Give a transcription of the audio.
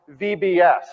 VBS